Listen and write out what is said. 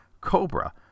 Cobra